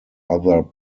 other